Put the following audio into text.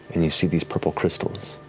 and you see these purple crystals